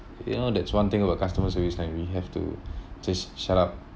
you know that's one thing about customer service and we have to just shut up